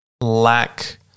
lack